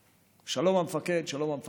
"שלום, המפקד", "שלום, המפקד".